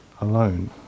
alone